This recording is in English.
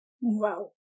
Wow